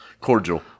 Cordial